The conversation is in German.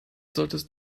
solltest